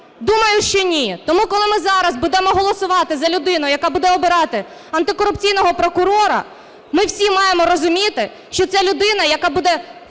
Думаю, що ні. Тому, коли ми зараз будемо голосувати за людину, яка буде обирати антикорупційного прокурора, ми всі маємо розуміти, що це людина, яка буде